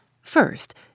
first